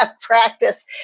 Practice